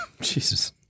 Jesus